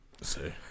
say